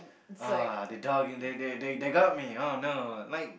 uh the dog they they they they got me oh no like